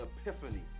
epiphany